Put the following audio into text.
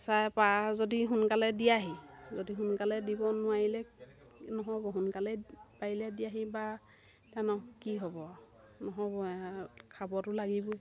চাই পাৰা যদি সোনকালে দিয়াহি যদি সোনকালে দিব নোৱাৰিলে নহ'ব সোনকালে পাৰিলে দিয়াহি বা এতিয়ানো কি হ'ব নহ'বই আৰু খাবতো লাগিবই